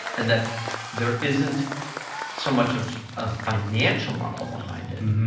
and that there isn't so much of a financial model behind it,